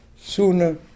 sooner